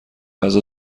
غذا